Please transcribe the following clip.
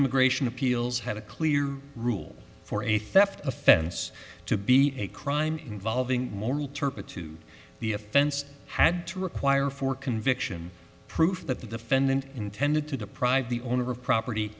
immigration appeals had a clear rule for a theft offense to be a crime involving moral turpitude the offense had to require for conviction proof that the defendant intended to deprive the owner of property